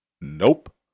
Nope